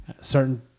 certain